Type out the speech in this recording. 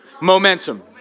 Momentum